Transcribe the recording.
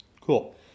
Cool